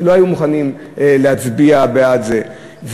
שלא היו מוכנים להצביע בעד זה,